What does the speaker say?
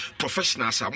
professionals